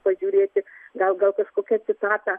pažiūrėti gal gal kažkokią citatą